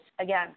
again